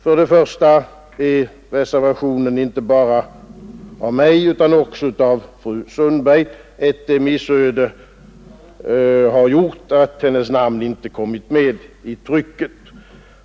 För det första är reservationen inte avgiven bara av mig utan också av fru Sundberg; ett missöde har gjort att hennes namn inte har kommit med i trycket.